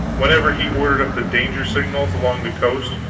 whenever he ordered up the danger-signals along the coast